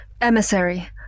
Emissary